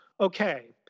Okay